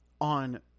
on